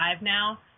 now